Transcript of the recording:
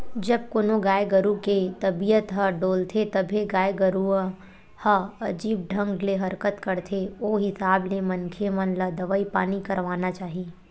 जब कोनो गाय गरु के तबीयत ह डोलथे तभे गाय गरुवा ह अजीब ढंग ले हरकत करथे ओ हिसाब ले मनखे मन ल दवई पानी करवाना चाही